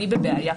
אני בבעיה.